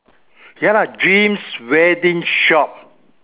ya dreams wedding shop